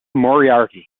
moriarty